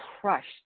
crushed